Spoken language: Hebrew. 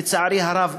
לצערי הרב,